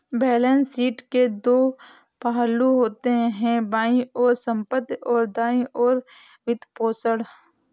balance sheet के दो पहलू होते हैं, बाईं ओर संपत्ति, और दाईं ओर वित्तपोषण